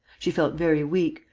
she felt very weak,